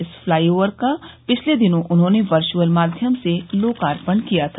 इस फ्लाईओवर का पिछले दिनों उन्होंने वर्युअल माध्यम से लोकार्पण किया था